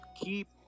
keep